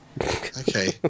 Okay